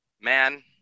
man